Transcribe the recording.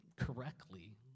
correctly